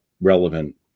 relevant